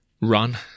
run